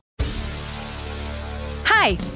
hi